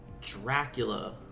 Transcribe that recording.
Dracula